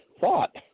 thought